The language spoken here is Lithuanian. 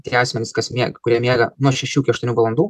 tie asmenys kas mieg kurie miega nuo šešių iki aštuonių valandų